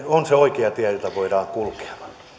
on se oikea tie jota voidaan kulkea